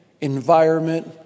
environment